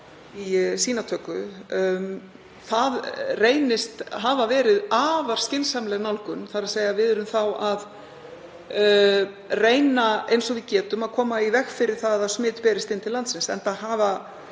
í sýnatöku. Það reynist hafa verið afar skynsamleg nálgun. Við erum að reyna eins og við getum að koma í veg fyrir að smit berist inn til landsins enda hefur